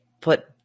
put